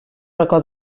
racó